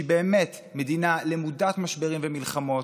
שהיא באמת מדינה למודת משברים ומלחמות,